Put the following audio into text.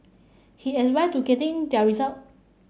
his advice to getting their result